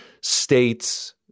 states